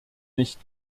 nicht